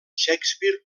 shakespeare